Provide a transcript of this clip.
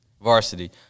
varsity